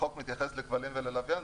החוק מתייחס לכבלים ולוויין.